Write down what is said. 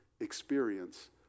experience